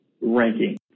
ranking